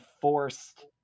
forced